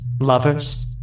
Lovers